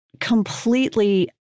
completely